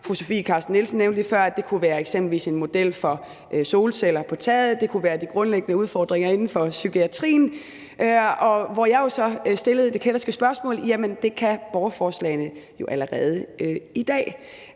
Fru Sofie Carsten Nielsen nævnte lige før, at det eksempelvis kunne være om en model for solceller på taget, det kunne handle om de grundlæggende udfordringer inden for psykiatrien, hvor jeg så stillede det kætterske spørgsmål: Men kan borgerforslagene ikke allerede det